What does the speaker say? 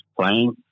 playing